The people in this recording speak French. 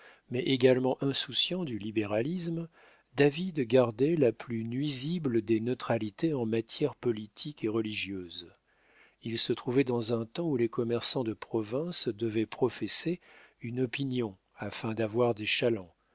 mais également insouciant du libéralisme david gardait la plus nuisible des neutralités en matière politique et religieuse il se trouvait dans un temps où les commerçants de province devaient professer une opinion afin d'avoir des chalands